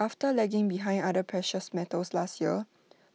after lagging behind other precious metals last year